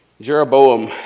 Jeroboam